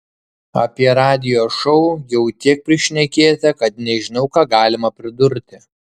apie radijo šou jau tiek prišnekėta kad nežinau ką galima pridurti